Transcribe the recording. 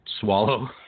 swallow